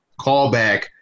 callback